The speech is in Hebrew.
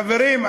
חברים,